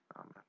amen